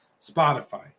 Spotify